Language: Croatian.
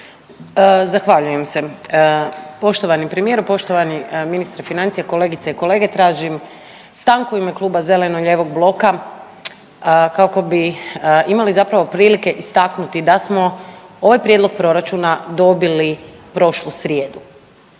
Zahvaljujem se. Poštovani premijeru, poštovani ministre financija, kolegice i kolege. Tražim stanku i ime Kluba zastupnika zeleno-lijevog bloka kako bi imali zapravo prilike istaknuti da smo ovaj Prijedlog proračuna dobili prošlu srijedu.